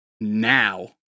now